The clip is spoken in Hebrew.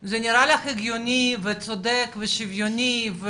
זה נראה לך הגיוני וצודק ושוויוני ?